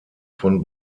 von